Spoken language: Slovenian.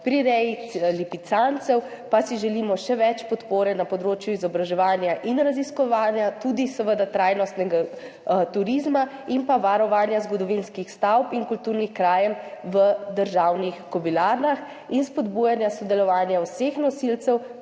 Pri reji lipicancev pa si želimo še več podpore na področju izobraževanja in raziskovanja, tudi seveda trajnostnega turizma in pa varovanja zgodovinskih stavb in kulturnih krajin v državnih kobilarnah ter spodbujanja sodelovanja vseh nosilcev